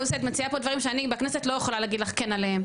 לוסי את מציעה פה דברים שאני בכנסת לא יכולה להגיד לך כן עליהם,